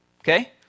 Okay